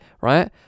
right